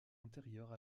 intérieure